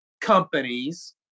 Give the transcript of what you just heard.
companies